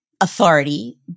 authority